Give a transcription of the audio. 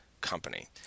Company